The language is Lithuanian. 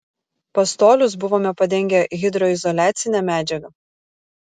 pastolius buvome padengę hidroizoliacine medžiaga